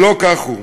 ולא כך הוא.